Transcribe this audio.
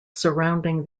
surrounding